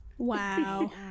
Wow